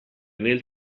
nel